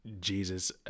Jesus